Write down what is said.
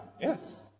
Yes